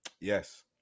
Yes